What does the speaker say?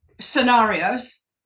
scenarios